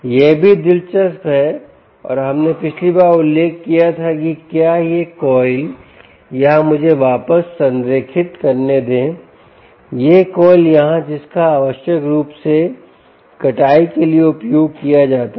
यह भी दिलचस्प है और हमने पिछली बार उल्लेख किया था कि यह क्वाइल यहां मुझे वापस संरेखित करने देयह क्वाइल यहाँ जिसका आवश्यक रूप से कटाई के लिए उपयोग किया जाता है